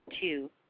Two